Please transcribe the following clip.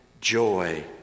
joy